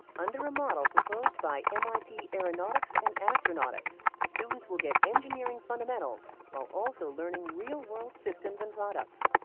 under a model proposed by mit aeronautics and astronautics, students will get engineering fundamentals while also learning real world systems and products.